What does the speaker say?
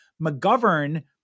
McGovern